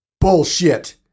bullshit